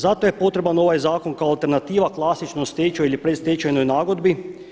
Zato je potreban ovaj zakon kao alternativa klasično u stečaju ili predstečajnoj nagodbi.